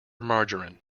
margarine